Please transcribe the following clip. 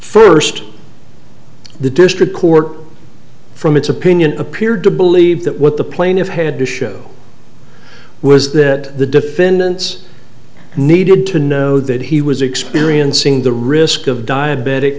first the district court from its opinion appeared to believe that what the plaintiff had to show was that the defendants needed to know that he was experiencing the risk of diabetic